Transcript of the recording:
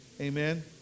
Amen